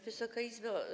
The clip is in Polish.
Wysoka Izbo!